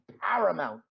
paramount